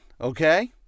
okay